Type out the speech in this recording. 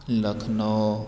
Lucknow